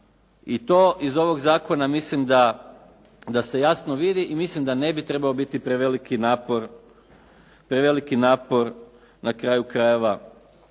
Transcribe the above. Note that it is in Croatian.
i to iz ovog zakona mislim da se jasno vidi i mislim da ne bi trebao biti preveliki napor na kraju krajeva